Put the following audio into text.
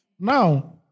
Now